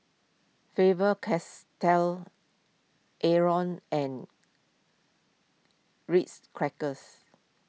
Faber Castell Avalon and Ritz Crackers